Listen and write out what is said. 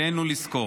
עלינו לזכור.